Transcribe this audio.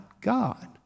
God